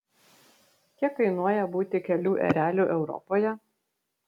kiek kainuoja būti kelių ereliu europoje